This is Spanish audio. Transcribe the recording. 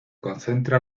concentra